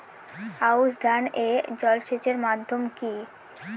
আউশ ধান এ জলসেচের মাধ্যম কি?